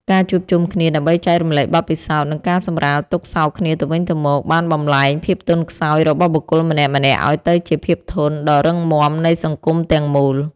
ការជួបជុំគ្នាដើម្បីចែករំលែកបទពិសោធន៍ និងការសម្រាលទុក្ខសោកគ្នាទៅវិញទៅមក បានបំប្លែងភាពទន់ខ្សោយរបស់បុគ្គលម្នាក់ៗ ឱ្យទៅជាភាពធន់ដ៏រឹងមាំនៃសង្គមទាំងមូល។